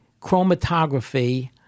Chromatography